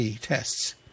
tests